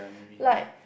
like